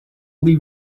will